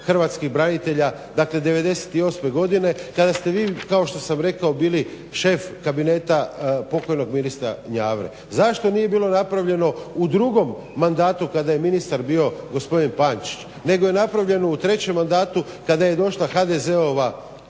hrvatskih branitelja dakle '98.godine kada ste vi kao što sam rekao bili šef kabineta pokojnog ministra Njavre? Zašto nije napravljeno u drugom mandatu kada je ministar bio gospodin Pančić nego je napravljeno u trećem mandatu kada je došla HDZ-ova